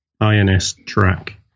I-N-S-Track